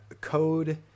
code